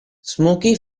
smoky